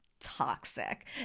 toxic